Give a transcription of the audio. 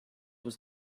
was